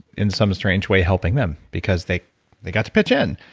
in some strange way, helping them, because they they got to pitch in.